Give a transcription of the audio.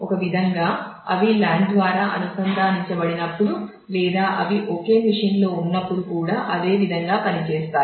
ఒక విధంగా అవి LAN ద్వారా అనుసంధానించబడినప్పుడు లేదా అవి ఒకే మెషీన్లో ఉన్నప్పుడు కూడా అదే విధంగా పని చేస్తాయి